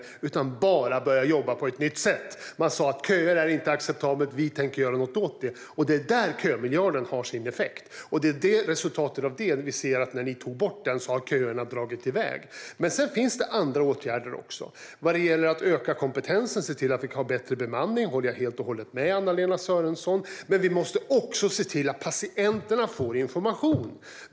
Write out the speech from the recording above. Man har bara börjat jobba på ett nytt sätt. Man sa: Köer är inte acceptabelt, och vi tänker göra något åt det. Det är där kömiljarden har sin effekt, och det är efter att ni tog bort den som vi kan se att köerna har dragit iväg. Det finns andra åtgärder också. Vad gäller att öka kompetensen och se till att vi har bättre bemanning håller jag helt och hållet med Anna-Lena Sörenson, men vi måste också se till att patienterna får information.